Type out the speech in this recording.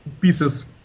pieces